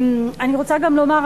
אני רוצה גם לומר,